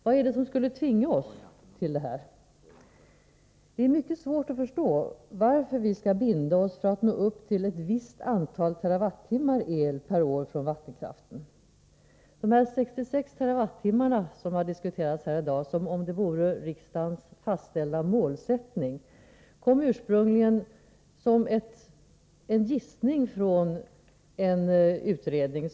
Vad är det som skulle tvinga oss till det? Det är mycket svårt att förstå varför vi skall binda oss för att nå upp till ett visst antal TWh el per år från vattenkraften. De 66 TWh som har diskuterats här i dag som om det vore riksdagens fastställda målsättning kom ursprungligen som en gissning från en utredning.